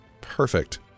Perfect